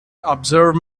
observe